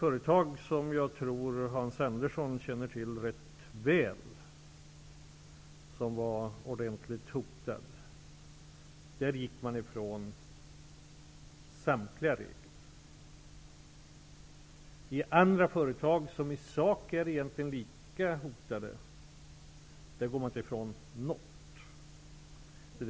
I ett företag som var ordentligt hotat -- jag tror att Hans Andersson känner till det rätt väl -- gick man ifrån samtliga regler. I andra företag, som i sak egentligen är lika hotade, går man inte ifrån några regler.